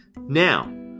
Now